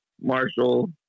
Marshall